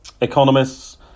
Economists